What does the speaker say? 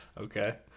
Okay